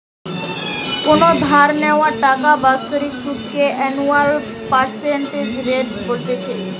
কোনো ধার নেওয়া টাকার বাৎসরিক সুধ কে অ্যানুয়াল পার্সেন্টেজ রেট বলতিছে